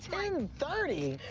ten thirty?